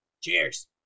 Cheers